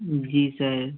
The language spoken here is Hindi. जी सर